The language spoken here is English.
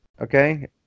okay